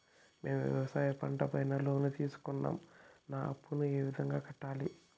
మేము వ్యవసాయ పంట పైన లోను తీసుకున్నాం నా అప్పును ఏ విధంగా కట్టాలి